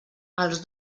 els